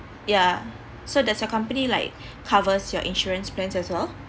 ya so there's a company like covers your insurance plans as well